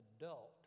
adult